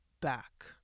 back